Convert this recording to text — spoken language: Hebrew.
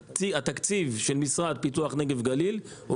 התקציב של המשרד לפיתוח הנגב והגליל הוא